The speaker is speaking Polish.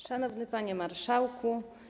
Szanowny Panie Marszałku!